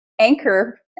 anchor